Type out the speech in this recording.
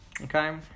Okay